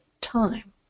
time